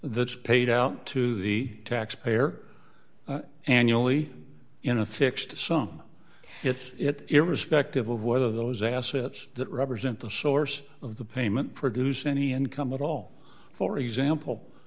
that's paid out to the taxpayer annually in a fixed sum get it irrespective of whether those assets that represent the source of the payment produce any income at all for example